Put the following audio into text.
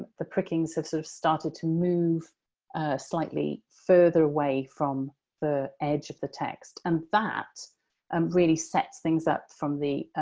the prickings have sort of started to move slightly further away from the edge of the text and that um really sets things up from the,